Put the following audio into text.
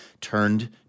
turned